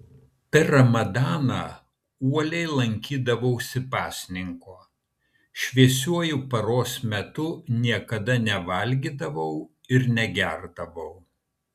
per ramadaną uoliai laikydavausi pasninko šviesiuoju paros metu niekada nevalgydavau ir negerdavau